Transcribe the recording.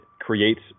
creates